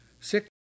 six